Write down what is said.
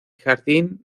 jardín